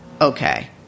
okay